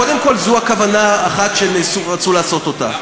קודם כול, זו כוונה אחת שהם רצו לעשות אותה.